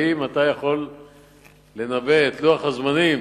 האם אתה יכול לנבא את לוח הזמנים